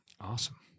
Awesome